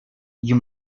you